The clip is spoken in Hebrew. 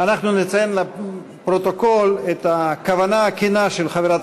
נציין לפרוטוקול את הכוונה הכנה של חברת